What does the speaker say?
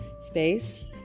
space